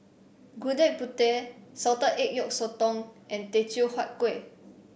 Gudeg Putih Salted Egg Yolk Sotong and Teochew Huat Kueh